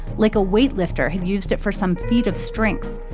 like a weightlifter had used it for some feet of strength.